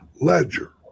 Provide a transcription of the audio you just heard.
ledger